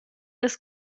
las